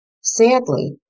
Sadly